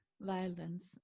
violence